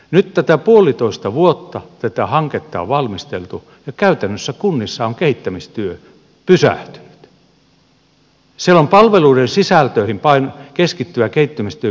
nyt puolitoista vuotta tätä hanketta on valmisteltu ja käytännössä kunnissa on kehittämistyö pysähtynyt siellä on palveluiden sisältöihin keskittyvä kehittämistyö pysähtynyt